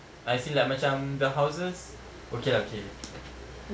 I see like macam the houses okay lah okay